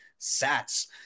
SATS